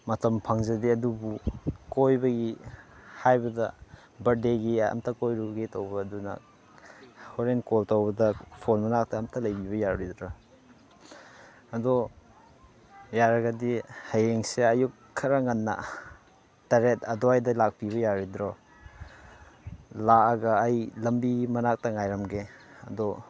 ꯃꯇꯝ ꯐꯪꯖꯗꯦ ꯑꯗꯨꯕꯨ ꯀꯣꯏꯕꯒꯤ ꯍꯥꯏꯕꯗ ꯕꯔꯗꯦꯒꯤ ꯑꯝꯇ ꯀꯣꯏꯔꯨꯒꯦ ꯇꯧꯕ ꯑꯗꯨꯅ ꯍꯣꯔꯦꯟ ꯀꯣꯜ ꯇꯧꯕꯗ ꯐꯣꯟ ꯃꯅꯥꯛꯇ ꯑꯝꯇ ꯂꯩꯕꯤꯕ ꯌꯥꯔꯣꯏꯗ꯭ꯔ ꯑꯗꯣ ꯌꯥꯔꯒꯗꯤ ꯍꯌꯦꯡꯁꯦ ꯑꯌꯨꯛ ꯈꯔ ꯉꯟꯅ ꯇꯔꯦꯠ ꯑꯗꯨꯋꯥꯏꯗ ꯂꯥꯛꯄꯤꯕ ꯌꯥꯔꯣꯏꯗ꯭ꯔꯣ ꯂꯥꯛꯑꯒ ꯑꯩ ꯂꯝꯕꯤ ꯃꯅꯥꯛꯇ ꯉꯥꯏꯔꯝꯒꯦ ꯑꯗꯣ